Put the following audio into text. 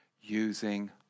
using